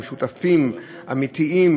והם שותפים אמיתיים,